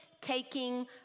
taking